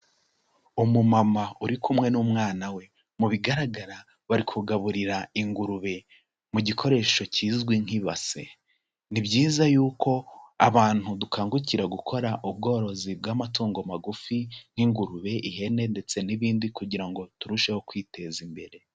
Umumama uri kumwe n'umwana we mu bigaragara bari kugaburira ingurube mu gikoresho kizwi nk'ibase, ni byiza y'uko abantu dukangukira gukora ubworozi bw'amatungo magufi nk'ingurube, ihene ndetse n'ibindi kugira ngo turusheho kwiteza imbere.